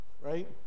right